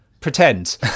Pretend